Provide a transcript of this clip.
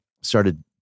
started